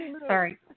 Sorry